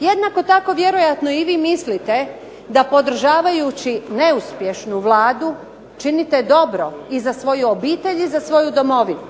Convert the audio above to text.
Jednako tako vjerojatno i vi mislite da podržavajući neuspješnu Vladu činite dobro i za svoju obitelj i za svoju Domovinu.